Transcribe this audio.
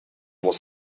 was